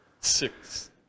six